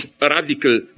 radical